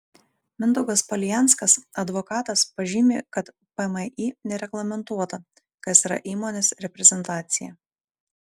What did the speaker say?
mindaugas palijanskas advokatas pažymi kad pmį nereglamentuota kas yra įmonės reprezentacija